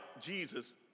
Jesus